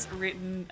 written